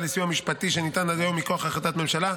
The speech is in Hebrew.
לסיוע משפטי שניתן עד היום מכוח החלטת ממשלה,